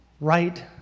Right